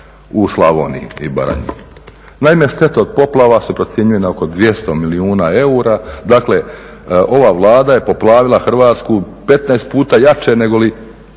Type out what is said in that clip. u Slavoniji i Baranji. Naime, štete od poplava se procjenjuju na oko 200 milijuna eura, dakle ova Vlada je poplavila Hrvatsku 15 puta jače negoli